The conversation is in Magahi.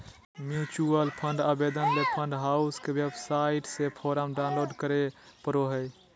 म्यूचुअल फंड आवेदन ले फंड हाउस के वेबसाइट से फोरम डाऊनलोड करें परो हय